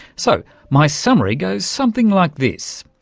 so my summary goes something like this.